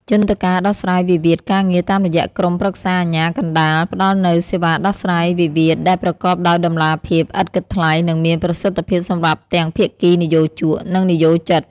យន្តការដោះស្រាយវិវាទការងារតាមរយៈក្រុមប្រឹក្សាអាជ្ញាកណ្ដាល ផ្ដល់នូវសេវាដោះស្រាយវិវាទដែលប្រកបដោយតម្លាភាព ឥតគិតថ្លៃ និងមានប្រសិទ្ធភាពសម្រាប់ទាំងភាគីនិយោជក និងនិយោជិត។